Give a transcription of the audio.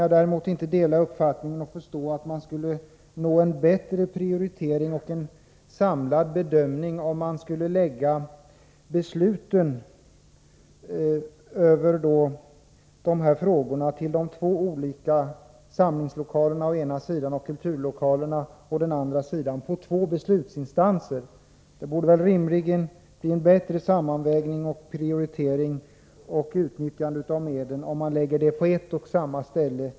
Jag kan emellertid inte förstå att man skulle uppnå en bättre prioritering och en samlad bedömning, om besluten i de här frågorna överläts på två beslutsinstanser — det gäller de två olika samlingslokalerna å ena sidan och kulturlokalerna å andra sidan. Rimligen borde det bli en bättre sammanvägning och prioritering samt ett bättre utnyttjande av medlen, om besluten fattades på ett och samma ställe.